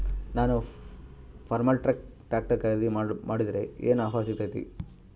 ನಾನು Farmtrac tractor ಖರೇದಿ ಮಾಡಿದ್ರೆ ಏನು ಆಫರ್ ಸಿಗ್ತೈತಿ?